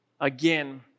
again